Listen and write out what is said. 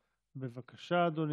בבקשה, אדוני.